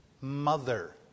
mother